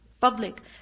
public